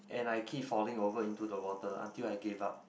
and I keep falling over into the water until I gave up